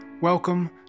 Welcome